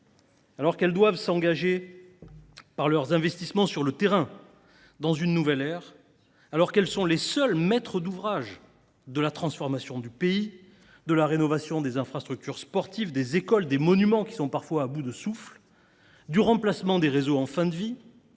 nouvelle ère à travers leurs investissements sur le terrain, qu’elles sont les seuls maîtres d’ouvrage de la transformation du pays, de la rénovation des infrastructures sportives, des écoles, des monuments, qui sont parfois à bout de souffle, du remplacement des réseaux en fin de vie,